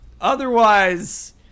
Otherwise